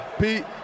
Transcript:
Pete